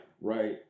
Right